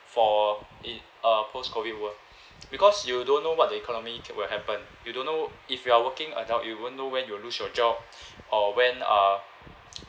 for it uh post COVID world because you don't know what the economy c~ will happen you don't know if you are working adult you won't know when you'll lose your job or when uh